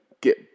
get